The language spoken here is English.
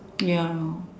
ya